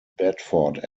bedford